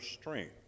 strength